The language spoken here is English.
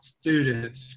students